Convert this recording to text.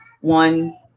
one